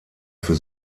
für